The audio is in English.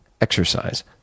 exercise